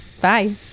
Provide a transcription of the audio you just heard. bye